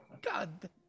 God